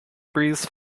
breathes